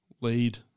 lead